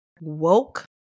woke